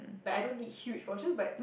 like I don't need huge portion but